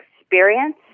experience